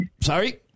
Sorry